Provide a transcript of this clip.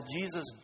Jesus